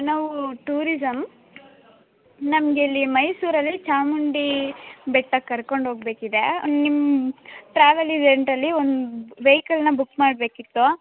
ನಾವು ಟೂರಿಸಮ್ ನಮ್ಗೆ ಇಲ್ಲಿ ಮೈಸೂರಲ್ಲಿ ಚಾಮುಂಡಿ ಬೆಟ್ಟಕ್ಕೆ ಕರ್ಕೊಂಡು ಹೋಗ್ಬೇಕಿದೆ ನಿಮ್ಮ ಟ್ರಾವೆಲ್ ಏಜೆಂಟಲ್ಲಿ ಒಂದು ವೆಯ್ಕಲನ್ನ ಬುಕ್ ಮಾಡಬೇಕಿತ್ತು